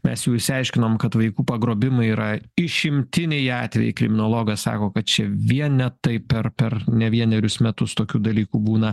mes jau išsiaiškinom kad vaikų pagrobimai yra išimtiniai atvejai kriminologas sako kad čia vienetai per per ne vienerius metus tokių dalykų būna